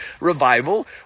revival